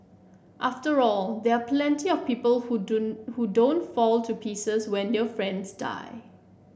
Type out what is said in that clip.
after all there are plenty of people who who don't fall to pieces when their friends die